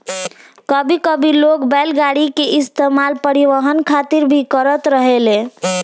कबो कबो लोग बैलगाड़ी के इस्तेमाल परिवहन खातिर भी करत रहेले